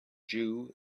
jew